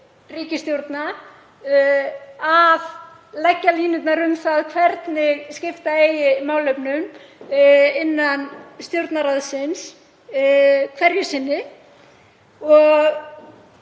ríkisstjórna að leggja línur um það hvernig skipta eigi málefnum innan Stjórnarráðsins hverju sinni. Ég